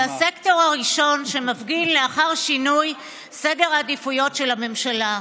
זה הסקטור הראשון שמפגין לאחר שינוי סדר העדיפויות של הממשלה.